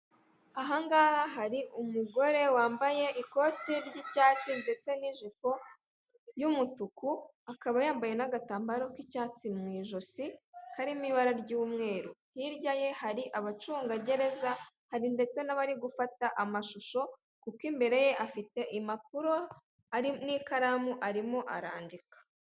Ahangaha hari umugore wambaye ikote ry'icyatsi ndetse n'ijipo y'umutuku, akaba yambaye n'agatambaro k'icyatsi m'ijosi karimo ibara ry'umweru, hirya ye hari abacungagereza hari ndetse n'abari gufata amashusho kuko imbere ye afite impapuro n'ikaramu arimo arandika.